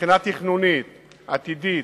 מבחינה תכנונית עתידית,